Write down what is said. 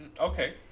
okay